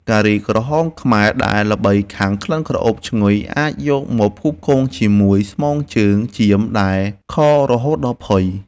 ការីក្រហមខ្មែរដែលល្បីខាងក្លិនក្រអូបឈ្ងុយអាចយកមកផ្គូផ្គងជាមួយស្មងជើងចៀមដែលខរហូតដល់ផុយ។